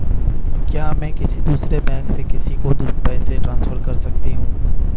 क्या मैं किसी दूसरे बैंक से किसी को पैसे ट्रांसफर कर सकती हूँ?